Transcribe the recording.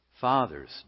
Fathers